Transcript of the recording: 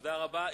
תודה רבה.